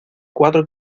cuatro